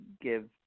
give